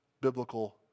biblical